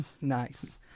Nice